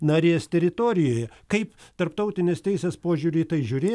narės teritorijoje kaip tarptautinės teisės požiūriu į tai žiūri